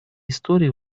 истории